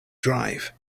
drive